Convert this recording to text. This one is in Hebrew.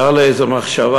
הייתה לי איזה מחשבה,